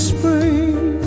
Spring